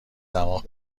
دماغ